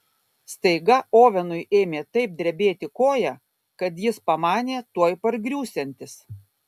staiga ovenui ėmė taip drebėti koja kad jis pamanė tuoj pargriūsiantis